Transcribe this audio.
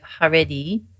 Haredi